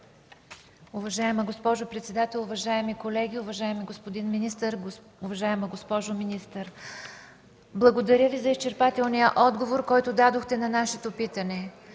Уважаема госпожо председател, уважаеми колеги, уважаеми господин министър! Уважаема госпожо министър, благодаря Ви за изчерпателния отговор, който дадохте на нашето питане.